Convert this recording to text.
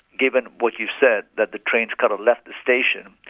given what you said that the train's kind of left the station,